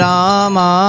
Rama